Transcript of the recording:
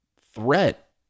threat